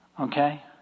Okay